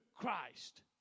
Christ